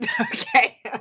Okay